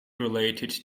related